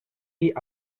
die